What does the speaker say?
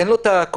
אין לו את הכוחות.